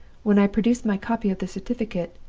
when i produce my copy of the certificate,